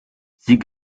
sie